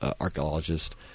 archaeologist